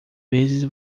vezes